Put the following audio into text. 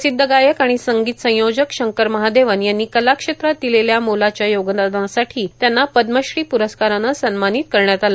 प्रसिद्ध गायक आणि संगीत संयोजक शंकर महादेवन यांनी कला क्षेत्रात दिलेल्या मोलाच्या योगदानासाठी त्यांना पद्मश्री प्रस्कारानं सन्मानित करण्यात आलं